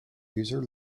user